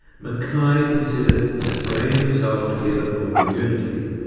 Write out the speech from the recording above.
mackay considered that brain and soul together form a unity,